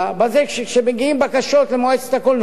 בזה שכשמגיעות בקשות למועצת הקולנוע,